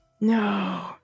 No